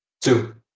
Two